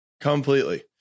Completely